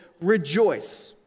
Rejoice